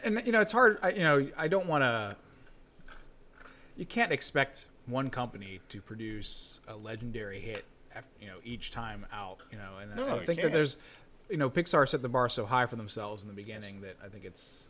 and you know it's hard you know i don't want to you can't expect one company to produce a legendary hit after you know each time out you know i know there's you know pixar set the bar so high for themselves in the beginning that i think